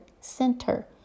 center